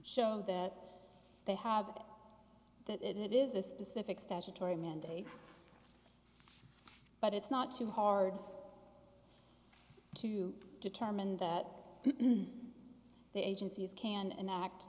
show that they have that it is a specific statutory mandate but it's not too hard to determine that the agencies can act